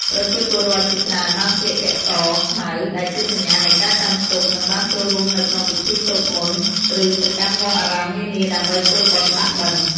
ប្រជាពលរដ្ឋជាច្រើនបានស្លៀកពាក់ស-ខ្មៅ ដែលជាសញ្ញានៃការកាន់ទុក្ខ និងបានចូលរួមនៅក្នុងពិធីសូត្រមន្ត ឬទៅកាន់វត្តអារាមនានាដើម្បីធ្វើបុណ្យដាក់បិណ្ឌ។